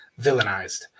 villainized